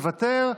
מוותר,